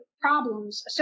problems